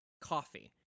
coffee